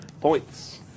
Points